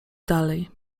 dalej